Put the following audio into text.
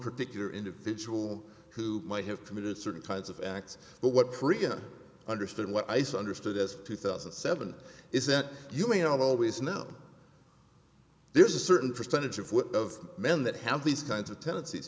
particular individual who might have committed certain kinds of acts but what freedom understood what i saw understood as two thousand and seven is that you may not always know there's a certain percentage of what of men that have these kinds of tendencies